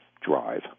drive